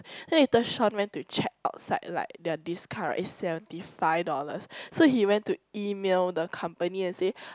then later Shawn went to check outside like their discount is seventy five dollars so he went to e-mail the company and say